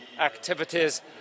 activities